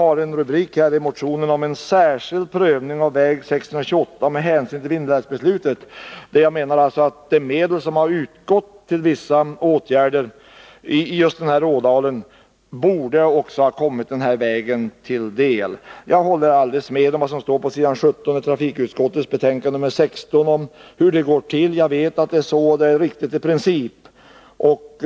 En av rubrikerna i motionen lyder: Särskild prövning av väg 628 med hänsyn till Vindelälvsbeslutet. Jag menar att de medel som har utgått till vissa åtgärder i just den här älvdalen borde ha kommit också denna väg till del. Jag håller helt med om vad som skrivs på s. 17 i trafikutskottets betänkande nr 16 om hur de här frågorna behandlas, och jag vet att det är riktigt i princip.